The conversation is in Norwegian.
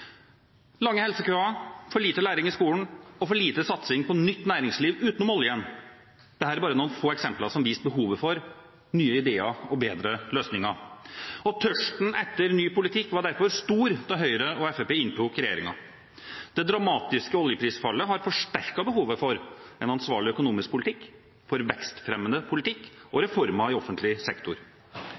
Lange helsekøer, for lite læring i skolen og for lite satsing på nytt næringsliv utenom oljen – dette er bare noen få eksempler som viste behovet for nye ideer og bedre løsninger. Tørsten etter ny politikk var derfor stor da Høyre og Fremskrittspartiet inntok regjeringen. Det dramatiske oljeprisfallet har forsterket behovet for en ansvarlig økonomisk politikk, for vekstfremmende politikk og reformer i offentlig sektor.